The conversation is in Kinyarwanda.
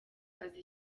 azi